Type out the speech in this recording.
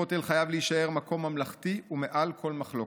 הכותל חייב להישאר מקום ממלכתי ומעל כל מחלוקת.